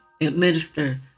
administer